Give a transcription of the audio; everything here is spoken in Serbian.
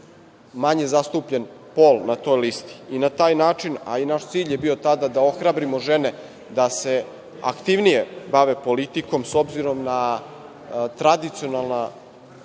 manje zastupljen pol na toj listi i na taj način, a i naš cilj je bio tada da ohrabrimo žene da se aktivnije bave politikom, s obzirom na jednu